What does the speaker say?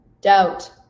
doubt